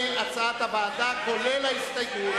כהצעת הוועדה, כולל ההסתייגות?